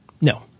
No